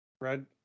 Red